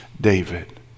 David